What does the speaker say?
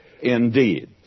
indeed